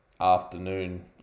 afternoon